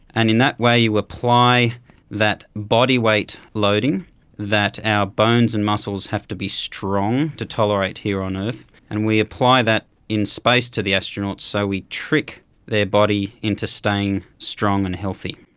and in that way you apply that body weight loading that our bones and muscles have to be strong to tolerate here on earth, and we apply that in space to the astronauts, so we trick their body into staying strong and healthy.